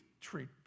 treat